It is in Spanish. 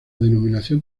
denominación